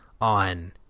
on